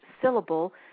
syllable